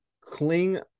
cling